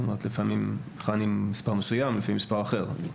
אמרת, לפעמים מכהנים מספר מסוים, לפעמים מספר אחר.